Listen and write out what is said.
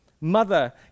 mother